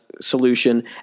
solution